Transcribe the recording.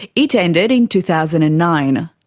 it ended in two thousand and nine.